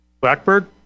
Blackbird